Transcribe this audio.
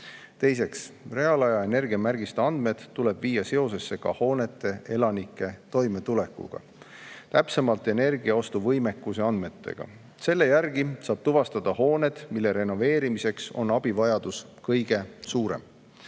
Teiseks, reaalaja energiamärgise andmed tuleb viia seosesse hoonete elanike toimetulekuga, täpsemalt energiaostuvõimekuse andmetega. Selle järgi saab tuvastada hooned, mille renoveerimiseks on abivajadus kõige suurem.